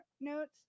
notes